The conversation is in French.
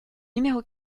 numéro